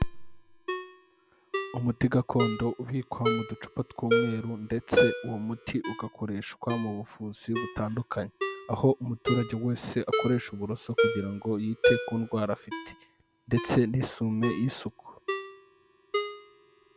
Umuti gakondo ubikwa mu ducupa tw'umweru ndetse uwo muti ugakoreshwa mu buvuzi butandukanye, aho umuturage wese akoresha uburoso kugira ngo yite ku ndwara afite ndetse n'isume y'isuku.